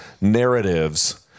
narratives